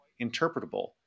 interpretable